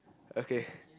okay